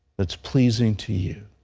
that's pleasing to you.